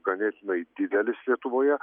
ganėtinai didelis lietuvoje